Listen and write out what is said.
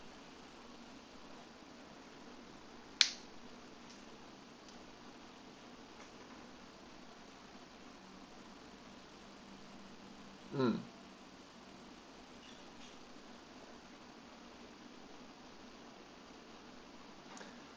um